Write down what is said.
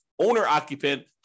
owner-occupant